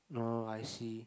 no I see